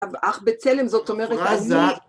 אך בצלם זאת אומרת... אני